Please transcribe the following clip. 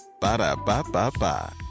Ba-da-ba-ba-ba